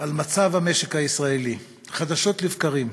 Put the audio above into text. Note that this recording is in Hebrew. על מצב המשק הישראלי, חדשות לבקרים.